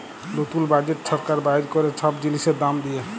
লতুল বাজেট ছরকার বাইর ক্যরে ছব জিলিসের দাম দিঁয়ে